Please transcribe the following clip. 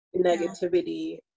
negativity